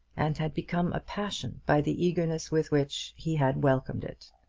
and had become a passion by the eagerness with which he had welcomed it.